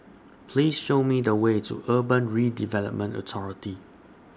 Please Show Me The Way to Urban Redevelopment Authority